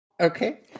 okay